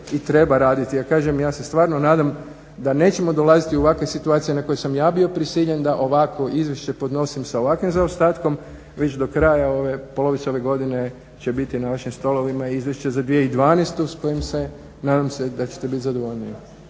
i treba raditi. A kažem ja se stvarno nadam da nećemo dolaziti u ovakve situacije na koje sam ja bio prisiljen da ovakvo izvješće podnosim sa ovakvim zaostatkom, već do kraja polovice ove godine će biti na vašim stolovima izvješće za 2012. s kojim nadam se da ćete biti zadovoljniji.